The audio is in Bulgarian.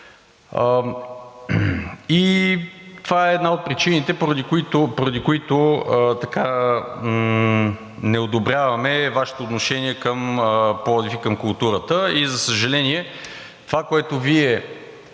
и това е една от причините, поради които не одобряваме Вашето отношение към Пловдив и към културата. И за съжаление, това, с което Вие